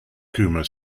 kumar